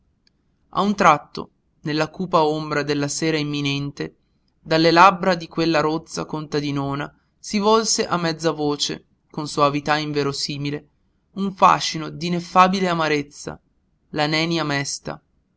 a un tratto nella cupa ombra della sera imminente dalle labbra di quella rozza contadinona si svolse a mezza voce con soavità inverosimile con fascino d'ineffabile amarezza la nenia mesta